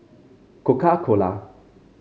Coca Cola